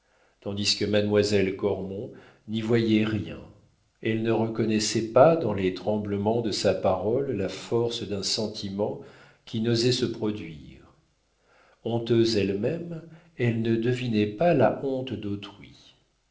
tandis que mademoiselle cormon n'y voyait rien elle ne reconnaissait pas dans les tremblements de sa parole la force d'un sentiment qui n'osait se produire honteuse elle-même elle ne devinait pas la honte d'autrui